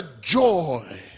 joy